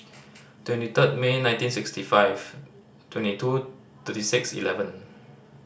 twenty third May nineteen sixty five twenty two thirty six eleven